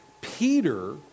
Peter